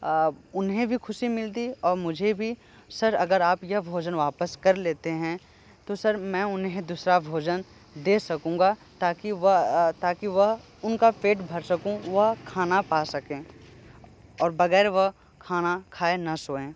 उन्हें भी खुशी मिलती और मुझे भी सर अगर आप यह भोजन वापस कर लेते है तो सर मैं उन्हें दूसरा भोजन दे सकूँगा ताकि वह ताकि वह उनका पेट भर सकूँ वह खाना पा सकें और वगैर वह खाना खाए ना सोए